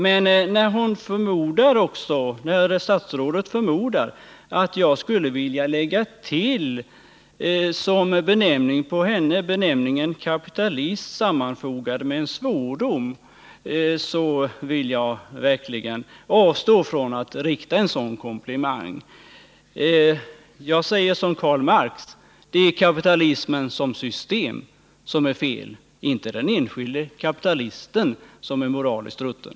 Men när statsrådet förmodar att jag skulle vilja ge henne benämningen kapitalist sammanfogad med en svordom, vill jag svara att jag verkligen avstår från att rikta en sådan komplimang. Jag säger såsom Karl Marx: Det är kapitalismen såsom system som är fel. Det är inte den enskilde kapitalisten som är moraliskt rutten.